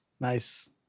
Nice